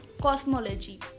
cosmology